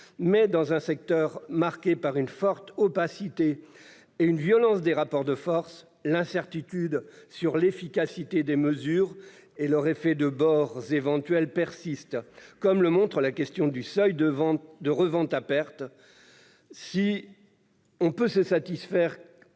dans un secteur marqué par une forte opacité et des rapports de force violents, l'incertitude sur l'efficacité des mesures et leurs effets de bord éventuels persiste, comme le montre la question du seuil de revente à perte. En effet, si on peut se satisfaire